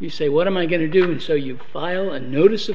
you say what am i going to do and so you file a notice